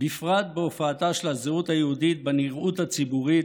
בפרט בהופעתה של הזהות היהודית בנראות הציבורית,